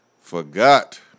forgot